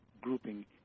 grouping